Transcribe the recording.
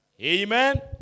Amen